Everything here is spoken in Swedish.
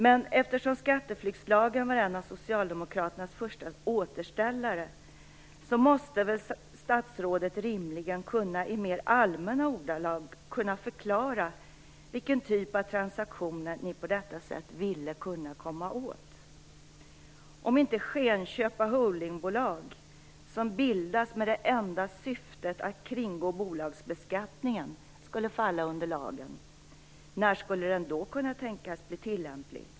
Men eftersom skatteflyktslagen var en av socialdemokraternas första återställare måste väl statsrådet rimligen i mer allmänna ordalag kunna förklara vilken typ av transaktioner som ni på detta sätt ville komma åt. Om inte skenköp av holdingbolag, som bildas med det enda syftet att kringgå bolagsbeskattning, skulle falla under lagen, när skulle den då kunna tänkas bli tillämplig?